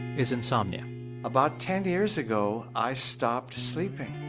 is insomnia about ten years ago, i stopped sleeping.